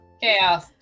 Chaos